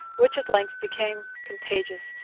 which at length became contagious,